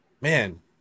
man